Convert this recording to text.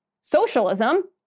socialism